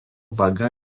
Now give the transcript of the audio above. vaga